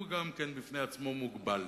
הוא גם בפני עצמו מוגבל.